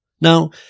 now